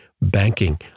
banking